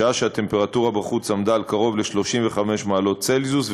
בשעה שהטמפרטורה בחוץ הייתה קרוב ל-35 מעלות צלזיוס,